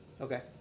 Okay